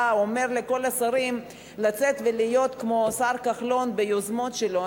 אומר לכל השרים לצאת ולהיות כמו השר כחלון ביוזמות שלו.